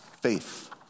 Faith